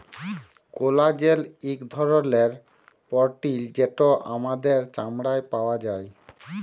collagen ইক ধরলের পরটিল যেট আমাদের চামড়ায় পাউয়া যায়